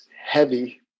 heavy